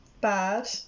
bad